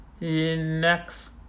next